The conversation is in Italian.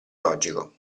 logico